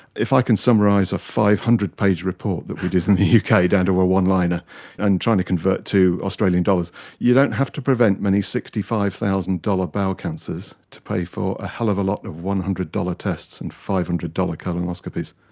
if i can summarise a five hundred page report that we did in the uk ah down to one-liner and trying to convert to australian dollars you don't have to prevent many sixty five thousand dollars bowel cancers to pay for a hell of a lot of one hundred dollars tests and five hundred dollars colonoscopies.